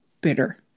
bitter